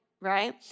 right